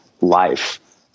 life